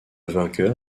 vainqueur